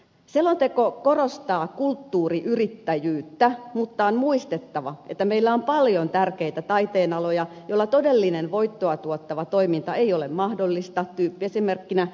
selonteko korostaa kulttuuriyrittäjyyttä mutta on muistettava että meillä on paljon tärkeitä taiteen aloja joilla todellinen voittoa tuottava toiminta ei ole mahdollista tyyppiesimerkkeinä teatteri ja tanssi